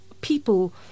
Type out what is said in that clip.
people